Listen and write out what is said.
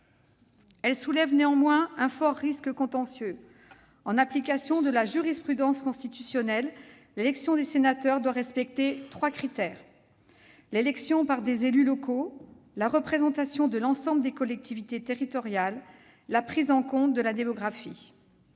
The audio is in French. elle soulève un fort risque contentieux. En effet, en application de la jurisprudence constitutionnelle, l'élection des sénateurs doit respecter trois critères : l'élection par des élus locaux, la représentation de l'ensemble des collectivités territoriales et la prise en compte de la démographie.